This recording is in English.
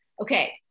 Okay